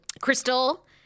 Crystal